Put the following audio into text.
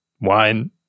Wine